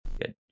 Good